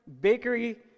bakery